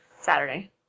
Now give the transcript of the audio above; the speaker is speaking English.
Saturday